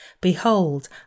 Behold